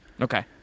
Okay